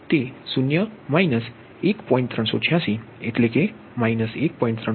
તેથી તે 0 1